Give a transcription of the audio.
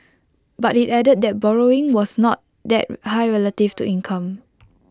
but IT added that borrowing was not that high relative to income